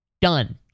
Done